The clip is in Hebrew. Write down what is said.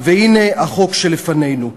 והנה החוק שלפנינו.